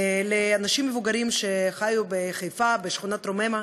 לאנשים מבוגרים שחיו בחיפה, בשכונת רוממה,